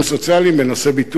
בנושא ביטוח לאומי,